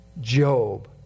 Job